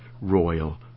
royal